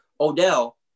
Odell